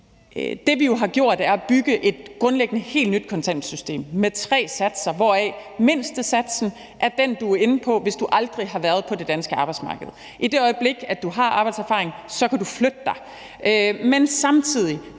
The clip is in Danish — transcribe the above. det, vi jo har gjort, er grundlæggende at bygge et helt nyt kontanthjælpssystem med tre satser, hvoraf mindstesatsen er den, du er på, hvis du aldrig har været på det danske arbejdsmarked. I det øjeblik du har arbejdserfaring, kan du flytte dig. Samtidig